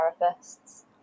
therapists